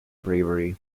bravery